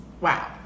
wow